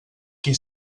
qui